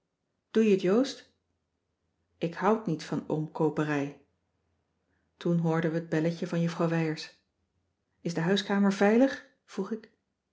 doe je t joost ik houd niet van omkooperij toen hoorden we t belletje van juffrouw wijers is de huiskamer veilig vroeg ik